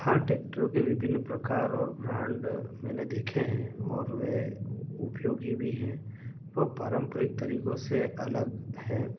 हाँ ट्रैक्टरों के विभिन्न प्रकार और ब्राण्ड मैंने देखे हैं और वे उपयोगी भी हैं वो पारम्परिक तरीकों से अलग हैं